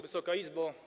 Wysoka Izbo!